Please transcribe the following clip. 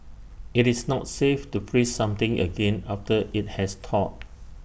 IT is not safe to freeze something again after IT has thawed